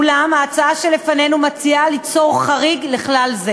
אולם ההצעה שלפנינו מציעה ליצור חריג לכלל זה